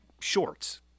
shorts